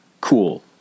cool